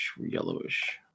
yellowish